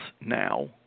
now